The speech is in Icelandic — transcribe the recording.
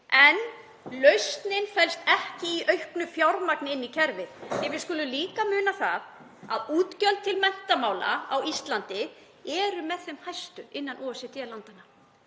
En lausnin felst ekki í auknu fjármagni inn í kerfið því að við skulum líka muna það að útgjöld til menntamála á Íslandi eru með þeim hæstu innan OECD-landanna.